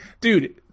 dude